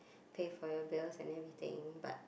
pay for your bills and everything but